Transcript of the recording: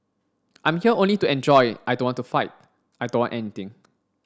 I'm here only to enjoy I don't want to fight I don't want anything